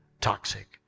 toxic